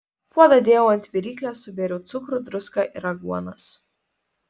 puodą dėjau ant viryklės subėriau cukrų druską ir aguonas